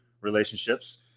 relationships